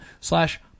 slash